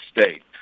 State